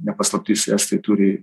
ne paslaptis estai turi